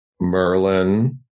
merlin